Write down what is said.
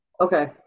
Okay